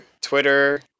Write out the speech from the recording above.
Twitter